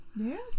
Yes